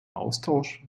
austausch